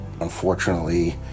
Unfortunately